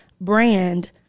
brand